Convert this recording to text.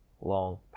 Long